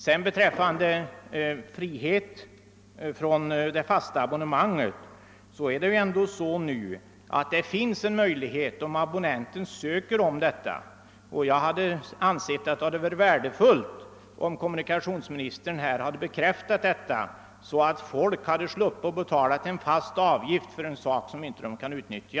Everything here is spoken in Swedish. Vad sedan gäller befrielse från det fasta abonnemanget finns det möjlighet härtill om abonnenten ansöker om det, men jag anser att det hade varit värdefullt om kommunikationsministern hade bekräftat denna uppgift, så att människor sluppit betala en fast avgift för någonting som de inte kan utnyttja.